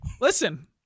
Listen